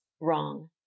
wrong